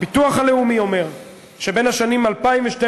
הביטוח הלאומי אומר שבין השנים 2012